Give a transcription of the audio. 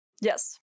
Yes